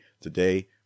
Today